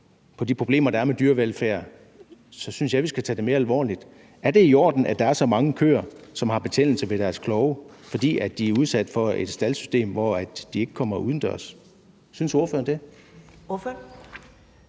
på de problemer, der er med dyrevelfærd, så synes jeg, vi skal tage det mere alvorligt. Er det i orden, at der er så mange køer, som har betændelse ved deres klove, fordi de er udsat for et staldsystem, hvor de ikke kommer udendørs? Synes ordføreren det?